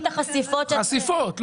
-- וכמות החשיפות -- חשיפות.